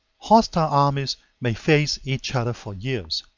hostile armies may face each other for years,